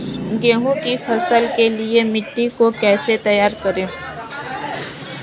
गेहूँ की फसल के लिए मिट्टी को कैसे तैयार करें?